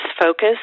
focus